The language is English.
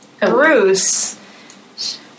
Bruce